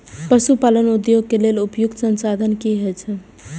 पशु पालन उद्योग के लेल उपयुक्त संसाधन की छै?